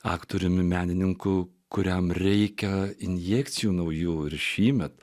aktoriumi menininku kuriam reikia injekcijų naujų ir šįmet